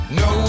no